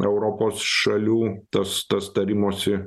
europos šalių tas tas tarimosi